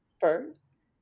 first